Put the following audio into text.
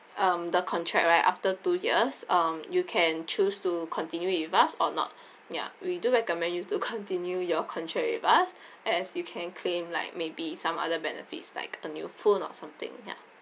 um the contract right after two years um you can choose to continue with us or not ya we do recommend you to continue your contract with us as you can claim like maybe some other benefits like a new phone or something ya